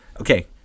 okay